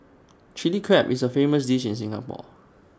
Chilli Crab is A famous dish in Singapore